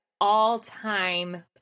all-time